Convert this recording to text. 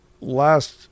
last